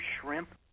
shrimp